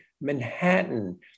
Manhattan